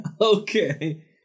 okay